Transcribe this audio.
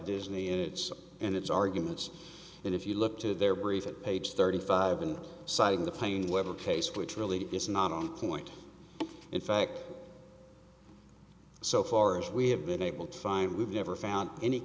disney units and its arguments and if you look to their brief it page thirty five and citing the fine weather case which really is not on point in fact so far as we have been able to find we've never found any